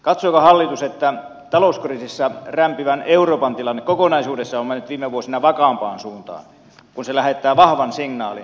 katsoiko hallitus että talouskriisissä rämpivän euroopan tilanne kokonaisuudessaan on mennyt viime vuosina vakaampaan suuntaan kun se lähettää vahvan signaalin